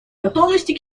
готовности